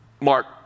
Mark